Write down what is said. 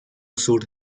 sur